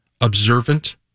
observant